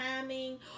timing